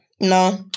No